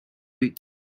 week